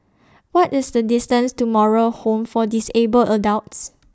What IS The distance to Moral Home For Disabled Adults